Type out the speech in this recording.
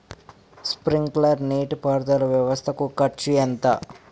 Sprinkler నీటిపారుదల వ్వవస్థ కు ఖర్చు ఎంత?